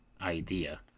idea